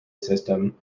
system